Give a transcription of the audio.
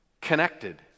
connected